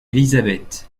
élisabeth